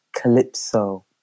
Calypso